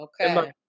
Okay